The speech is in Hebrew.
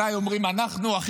מתי אומרים אנחנו ומתי לא?